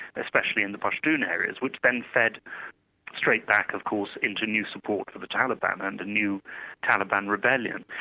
especially in the pashtun and areas which then fed straight back of course, into new support for the taliban and um the new taliban rebellion.